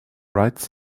writes